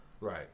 Right